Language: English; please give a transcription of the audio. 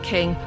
King